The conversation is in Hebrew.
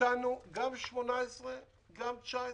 נתנו גם 2018 וגם 2019,